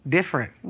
Different